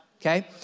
okay